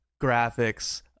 graphics